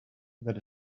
that